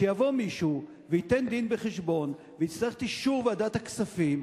שיבוא מישהו וייתן דין-וחשבון ויצטרך את אישור ועדת הכספים,